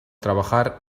trabajar